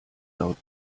laut